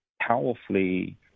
powerfully